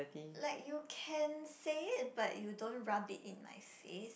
like you can say it but you don't rub it in my face